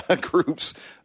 groups